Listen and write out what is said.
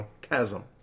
chasm